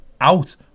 Out